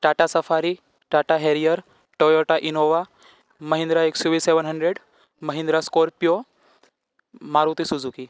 Tata safari Tata Harrier Toyota Innova Mahindra XUV seven hundred Mahindra scorpio Maruti Suzuki